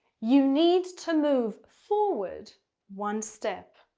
you need to move forward one step